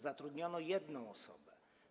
Zatrudniono 1 osobę.